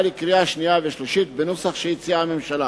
לקריאה שנייה ושלישית בנוסח שהציעה הממשלה.